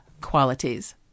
qualities